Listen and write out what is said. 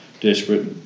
desperate